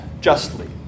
justly